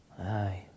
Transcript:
Aye